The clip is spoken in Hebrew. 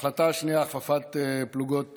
החלטה שנייה, הכפפת פלוגות מג"ב.